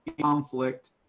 conflict